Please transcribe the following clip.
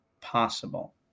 possible